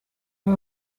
aba